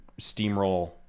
steamroll